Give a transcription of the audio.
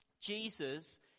Jesus